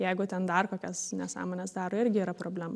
jeigu ten dar kokias nesąmones daro irgi yra problema